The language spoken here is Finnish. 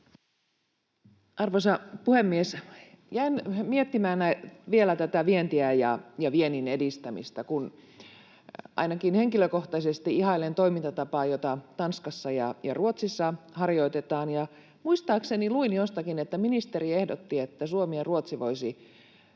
Arvoisa puhemies! Jäin miettimään vielä tätä vientiä ja viennin edistämistä. Ainakin henkilökohtaisesti ihailen toimintatapaa, jota Tanskassa ja Ruotsissa harjoitetaan, ja muistaakseni luin jostakin, että ministeri ehdotti, että Suomi ja Ruotsi voisivat